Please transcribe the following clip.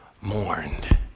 mourned